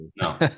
No